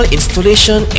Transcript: Installation